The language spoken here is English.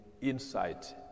insight